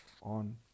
on